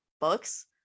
books